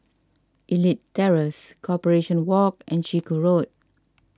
Elite Terrace Corporation Walk and Chiku Road